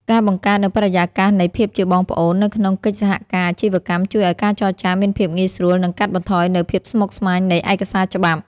ការបង្កើតនូវបរិយាកាសនៃ "ភាពជាបងប្អូន" នៅក្នុងកិច្ចសហការអាជីវកម្ម ជួយឱ្យការចរចាមានភាពងាយស្រួល និងកាត់បន្ថយនូវភាពស្មុគស្មាញនៃឯកសារច្បាប់។